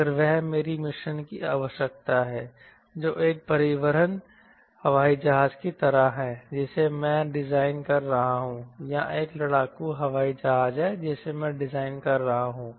अगर वह मेरी मिशन की आवश्यकता है जो एक परिवहन हवाई जहाज की तरह है जिसे मैं डिजाइन कर रहा हूं या एक लड़ाकू हवाई जहाज है जिसे मैं डिजाइन कर रहा हूं